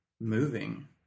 moving